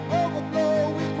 overflow